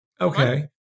Okay